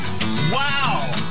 Wow